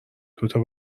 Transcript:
دوتا